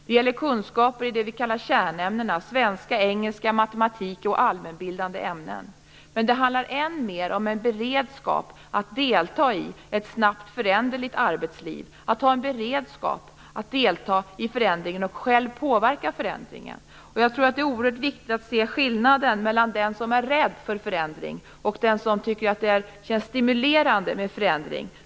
Det gäller kunskaper i det vi kallar kärnämnena, dvs. svenska, engelska, matematik och allmänbildande ämnen, men det handlar än mer om en beredskap att delta i ett snabbt föränderligt arbetsliv och en beredskap för att delta i förändringen och för att själv påverka förändringen. Jag tror att det är oerhört viktigt att se skillnaden mellan den som är rädd för förändring och den som tycker att det känns stimulerande med förändring.